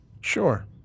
Sure